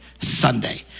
Sunday